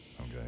Okay